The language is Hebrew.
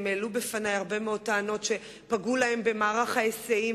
הם העלו בפני הרבה מאוד טענות: שפגעו להם במערך ההיסעים,